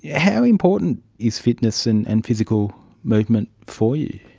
how important is fitness and and physical movement for you?